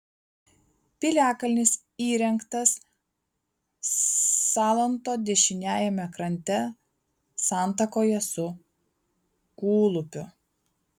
piliakalnis įrengtas salanto dešiniajame krante santakoje su kūlupiu